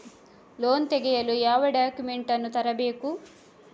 Loan ತೆಗೆಯಲು ಯಾವ documents ಅನ್ನು ತರಬೇಕು?